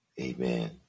Amen